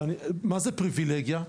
מה זה פריווילגיה?